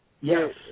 Yes